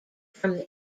from